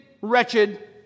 wretched